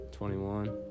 21